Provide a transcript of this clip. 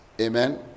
Amen